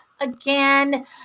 Again